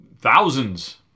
thousands